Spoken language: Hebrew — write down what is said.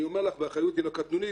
אני אומר לך באחריות שהיא לא קטנונית,